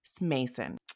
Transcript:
Mason